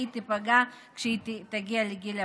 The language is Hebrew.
היא תיפגע כשהיא תגיע לגיל הפרישה.